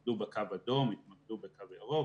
התמקדות בקו אדום, התמקדות בקו ירוק.